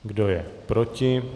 Kdo je proti?